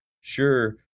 sure